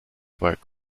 work